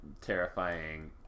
terrifying